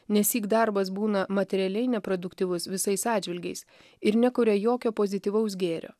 nesyk darbas būna materialiai neproduktyvus visais atžvilgiais ir nekuria jokio pozityvaus gėrio